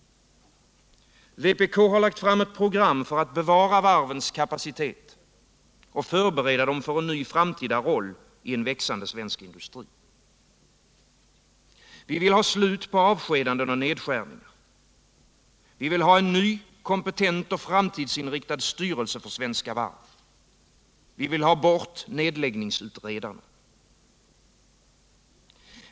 Vpk har lagt fram ett program för att bevara varvens kapacitet och förbereda dem för en ny framtida roll i en växande svensk industri. Vi vill ha slut på avskedanden och nedskärningar. Vi vill ha en ny, kompetent och framtidsinriktad styrelse för Svenska Varv. Vi vill ha bort nedläggningsutredningarna.